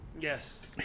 Yes